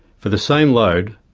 for the same load,